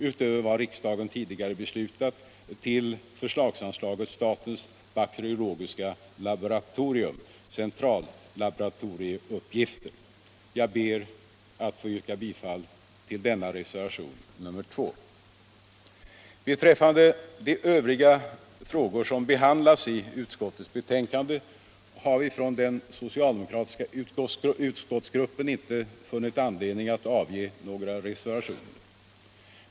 utöver vad riksdagen tidigare beslutat till förslagsanslaget Statens bakteriologiska laboratorium: Centrallaboratorieuppgifter. Jag ber att få yrka bifall till denna reservation nr 2. Beträffande de övriga frågor som behandlas i utskottets betänkande har vi från den socialdemokratiska utskottsgruppen inte funnit anledning att avge några reservationer.